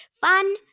Fun